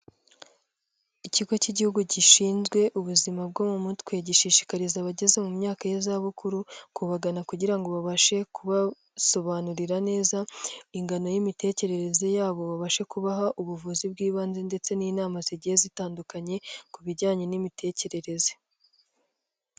Ikigo cy'igihugu gishinzwe ubuzima bwo mu mutwe, gishishikariza abageze mu myaka y'izabukuru, kubagana kugira ngo babashe kubasobanurira neza, ingano y'imitekerereze yabo babashe kubaha ubuvuzi bw'ibanze ndetse n'inama zigiye zitandukanye, ku bijyanye n'imitekerereze.